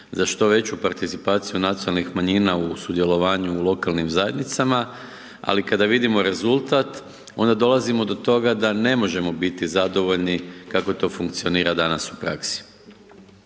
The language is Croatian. za što veću participaciju nacionalnih manjina u sudjelovanju u lokalnim zajednicama. Ali kada vidimo rezultat, onda dolazimo do toga, da ne možemo biti zadovoljni kako to funkcionira danas u praski.